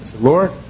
Lord